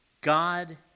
God